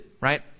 Right